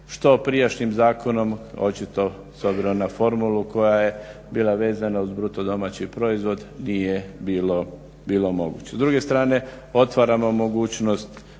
što prijašnjim zakonom očito, s obzirom na formulu koja je bila vezana uz bruto domaći proizvod nije bilo moguće. S druge strane otvaramo mogućnost